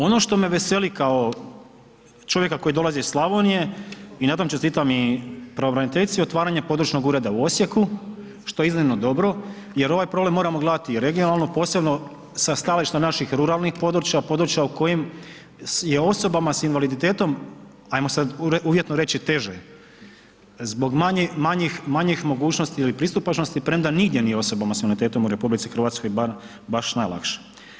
Ono što me veseli kao čovjeka koji dolazi iz Slavonije i na tom čestitam pravobraniteljici je otvaranje područnog ureda u Osijeku što je iznimno dobro jer ovaj problem moramo gledati regionalno, posebno sa stajališta naših ruralnih područja, područja o kojim je osobama sa invaliditetom ajmo sad uvjetno reći, teže zbog manjih mogućnosti ili pristupačnosti premda nigdje nije osobama sa invaliditetom u RH baš najlakše.